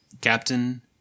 Captain